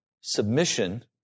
Submission